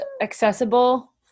accessible